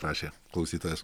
rašė klausytojas